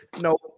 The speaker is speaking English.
No